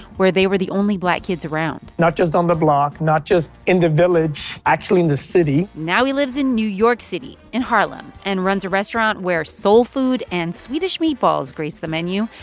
where they were the only black kids around not just on the block, not just in the village actually in the city now he lives in new york city, in harlem, and runs a restaurant where soul food and swedish meatballs grace the menu.